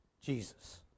Jesus